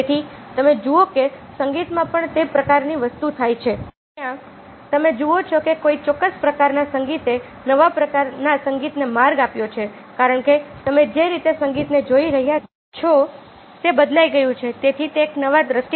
તેથી તમે જુઓ છો કે સંગીતમાં પણ તે પ્રકારની વસ્તુ થાય છે જ્યાં તમે જુઓ છો કે કોઈ ચોક્કસ પ્રકારના સંગીતે નવા પ્રકારના સંગીતને માર્ગ આપ્યો છે કારણ કે તમે જે રીતે સંગીતને જોઈ રહ્યા છો તે બદલાઈ ગયું છે તેથી તે એક નવા દ્રષ્ટિકોણ છે